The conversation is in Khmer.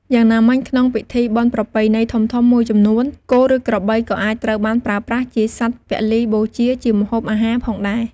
យ៉ាងណាមិញ ក្នុងពិធីបុណ្យប្រពៃណីធំៗមួយចំនួន គោ ឬក្របីក៏អាចត្រូវបានប្រើប្រាស់ជាសត្វពលីបូជា ជាម្ហូបអាហារផងដែរ។